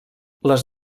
les